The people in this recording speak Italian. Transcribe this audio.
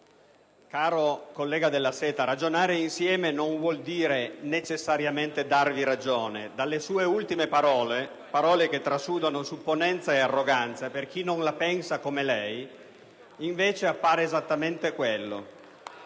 Caro collega Della Seta, ragionare insieme non vuole dire necessariamente darvi ragione, ma dalle sue ultime parole, che trasudano supponenza e arroganza per chi non la pensa come lei, appare invece esattamente questo.